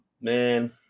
Man